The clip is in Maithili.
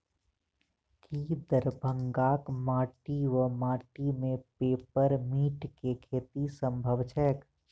की दरभंगाक माटि वा माटि मे पेपर मिंट केँ खेती सम्भव छैक?